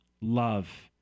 Love